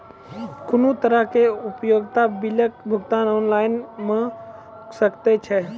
कुनू तरहक उपयोगिता बिलक भुगतान ऑनलाइन भऽ सकैत छै?